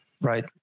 right